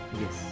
Yes